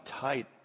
tight